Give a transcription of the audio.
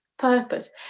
purpose